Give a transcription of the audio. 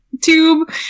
tube